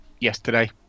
yesterday